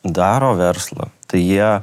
daro verslą tai jie